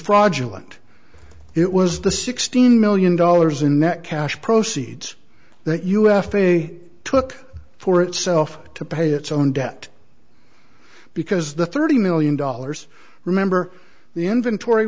fraudulent it was the sixteen million dollars in net cash proceeds that u f a took for itself to pay its own debt because the thirty million dollars remember the inventory